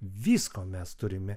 visko mes turime